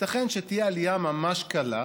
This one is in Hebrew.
ייתכן שתהיה עלייה ממש קלה,